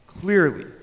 Clearly